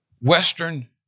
Western